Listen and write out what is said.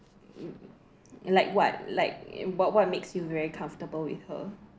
like what like what what makes you very comfortable with her